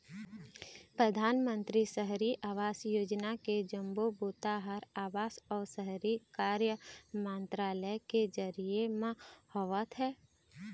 परधानमंतरी सहरी आवास योजना के जम्मो बूता ह आवास अउ शहरी कार्य मंतरालय के जरिए म होवत हे